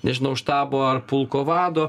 nežinau štabo ar pulko vado